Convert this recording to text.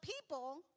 people